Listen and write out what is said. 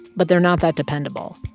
but they're not that dependable,